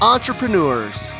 Entrepreneurs